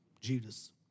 Judas